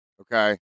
Okay